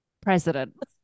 president